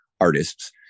artists